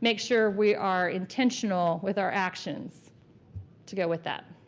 make sure we are intentional with our actions to go with that.